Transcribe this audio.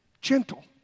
Gentle